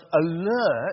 alert